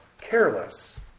Careless